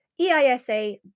EISA